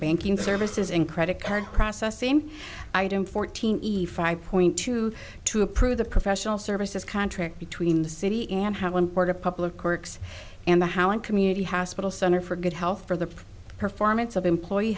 banking services in credit card processing item fourteen point two two approve the professional services contract between the city and how important public works and the how and community hospital center for good health for the performance of employee